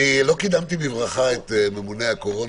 לא קידמתי בברכה את ממונה הקורונה,